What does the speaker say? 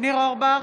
ניר אורבך,